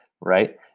right